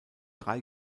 drei